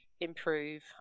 improve